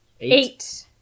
Eight